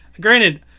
granted